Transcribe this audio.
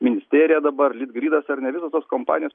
ministerija dabar litgridas ar ne visos tos kompanijos